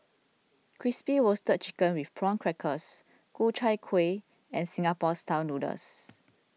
Crispy Roasted Chicken with Prawn Crackers Ku Chai Kueh and Singapore Style Noodles